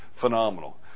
phenomenal